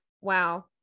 wow